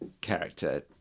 character